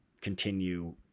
continue